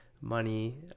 money